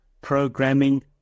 programming